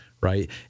right